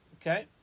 okay